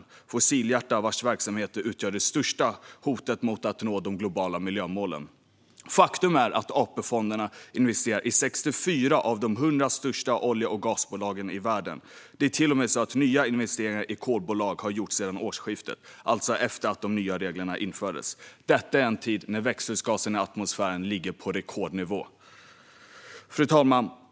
Det handlar om fossiljättar vars verksamheter utgör det största hotet mot att nå de globala miljömålen. Faktum är att AP-fonderna investerar i 64 av de 100 största olje och gasbolagen i världen. Nya investeringar i kolbolag har till och med gjorts sedan årsskiftet, alltså efter att de nya reglerna infördes. Detta sker i en tid när växthusgaserna i atmosfären ligger på rekordnivå. Fru talman!